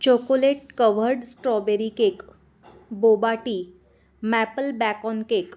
chocolate covered strawberry cake boba tea maple bacon cake